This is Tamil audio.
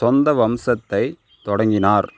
சொந்த வம்சத்தைத் தொடங்கினார்